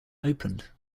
opened